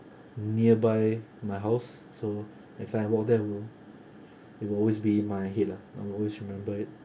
nearby my house so I if I walk there I will it will always be in my head lah I will always remember it